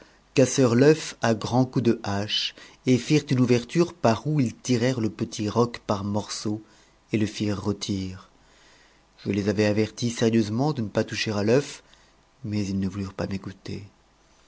cassèrent l'œuf à grands coups de hache et firent une ouverture par où ils tirèrent le petit roc par morceaux et le firent rôtir je les avais avertis sérieusement de ne pas toucher à l'oeuf mais ils ne voulurent pas